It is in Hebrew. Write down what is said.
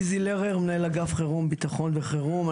איזי לרר, מנהל אגף חירום ביטחון וחירום.